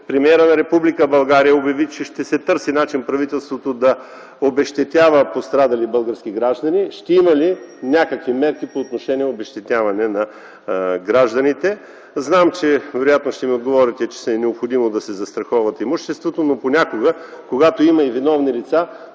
премиерът на Република България обяви, че ще се търси начин правителството да обезщетява пострадали български граждани – ще има ли някакви мерки по отношение обезщетяване на гражданите? Знам, че вероятно ще ми отговорите, че е необходимо да си застраховат имуществото, но по някога, когато има и виновни лица,